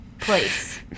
place